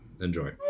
Enjoy